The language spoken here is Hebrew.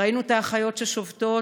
ראינו את האחיות ששובתות,